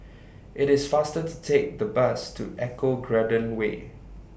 IT IS faster to Take The Bus to Eco Garden Way